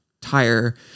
tire